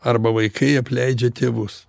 arba vaikai apleidžia tėvus